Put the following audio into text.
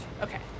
Okay